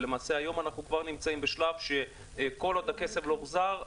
והיום אנחנו כבר נמצאים בשלב שכל עוד הכסף לא הוחזר,